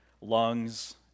lungs